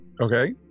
Okay